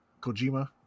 Kojima